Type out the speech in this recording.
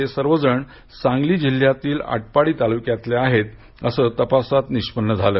हे सर्वजण सांगली जिल्ह्यातील आटपाडी तालुक्यातले आहेत असं तपासात निष्पन्न झालं